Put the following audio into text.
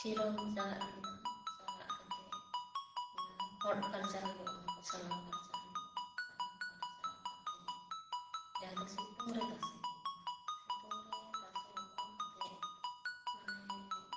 ᱥᱤᱨᱚᱢ ᱪᱟᱜᱟᱜ ᱠᱮᱫᱟᱢ ᱪᱟᱜᱟᱜ ᱠᱟᱛᱮ ᱚᱱᱟ ᱦᱚᱫᱽ ᱯᱷᱟᱨᱪᱟ ᱦᱩᱭᱩᱜᱼᱟ ᱚᱱᱟ ᱠᱚ ᱥᱟᱞᱟ ᱯᱷᱟᱨᱪᱟ ᱦᱩᱭᱩᱜᱼᱟ ᱥᱟᱞᱟ ᱯᱷᱟᱨᱪᱟ ᱠᱟᱛᱮ ᱡᱟᱦᱟᱸ ᱫᱚ ᱥᱤᱛᱩᱝ ᱨᱮ ᱛᱟᱥᱮ ᱜᱮ ᱦᱩᱭᱩᱜᱼᱟ ᱥᱤᱛᱩᱝ ᱨᱮ ᱛᱟᱥᱮ ᱨᱚᱦᱚᱲ ᱠᱟᱛᱮ ᱢᱟᱱᱮ